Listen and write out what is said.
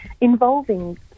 involving